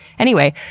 anyway,